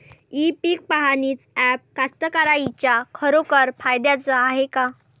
इ पीक पहानीचं ॲप कास्तकाराइच्या खरोखर फायद्याचं हाये का?